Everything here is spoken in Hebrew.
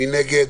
מי נגד?